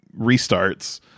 restarts